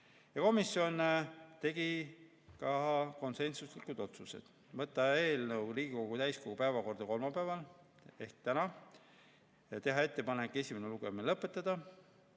Komisjon tegi konsensuslikud otsused: võtta eelnõu Riigikogu täiskogu päevakorda kolmapäevaks ehk tänaseks ja teha ettepanek esimene lugemine lõpetada